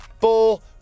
full